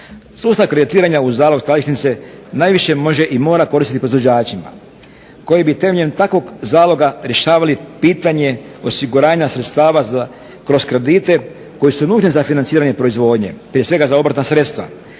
Sustav kreditiranja u zalog skladišnice najviše može i mora koristiti proizvođačima koji bi temeljem takvog zaloga rješavali pitanje osiguranja sredstava kroz kredite koji su nužni za financiranje proizvodnje, prije svega za obrtna sredstva,